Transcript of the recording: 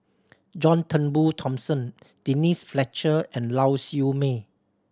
John Turnbull Thomson Denise Fletcher and Lau Siew Mei